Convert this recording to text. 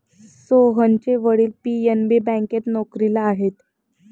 सोहनचे वडील पी.एन.बी बँकेत नोकरीला आहेत